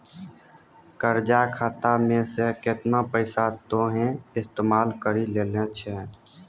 कर्जा खाता मे से केतना पैसा तोहें इस्तेमाल करि लेलें छैं